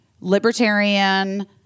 libertarian